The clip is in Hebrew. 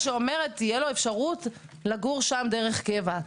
שאומרת: תהיה לו אפשרות לגור שם דרך קבע.